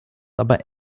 aber